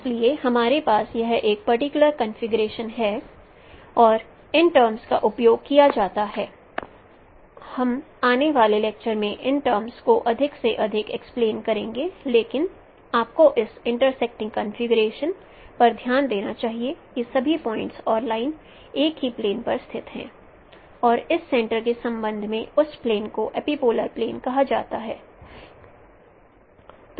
इसलिए हमारे पास यह पर्टिकुलर कॉन्फ़िगरेशन है और इन टर्मस का उपयोग किया जाता है हम आने वाले लेक्चर में इन टर्मस को अधिक से अधिक एक्सप्लेन करेंगे लेकिन आपको इस इंटरेस्टिंग कॉन्फ़िगरेशन पर ध्यान देना चाहिए कि सभी पॉइंट्स और लाइन एक ही प्लेन पर पर स्थित है और इस सेंटर के संबंध में उस प्लेन को एपिपोलर प्लेन कहा जाता है